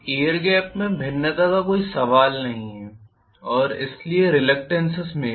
air gap में भिन्नता का कोई सवाल नहीं है और इसलिए रिलक्टेन्स में भी